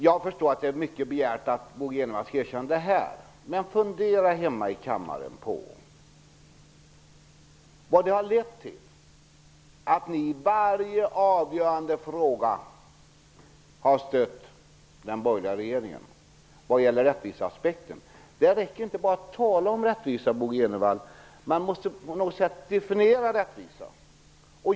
Jag förstår att det är mycket begärt att Bo G Jenevall skall erkänna detta, men fundera hemma i kammaren över vad det har lett till att ni i varje avgörande fråga har stött den borgerliga regeringen. Det räcker inte att bara tala om rättvisa, Bo G Jenevall. Man måste på något sätt definiera rättvisan.